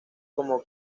como